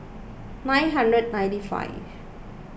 nine hundred ninety five